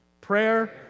Prayer